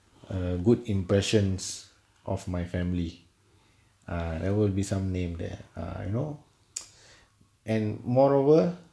a good impressions of my family ah there will be some name there ah I know and more over